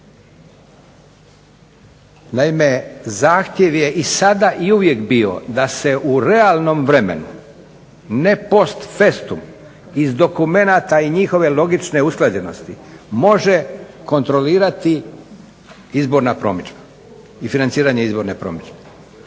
Naime, zahtjev je i sada i uvijek bio da se u realnom vremenu, ne post festum, iz dokumenata i njihove logične usklađenosti može kontrolirati izborna promidžba i financiranje izborne promidžbe.